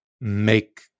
make